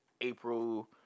April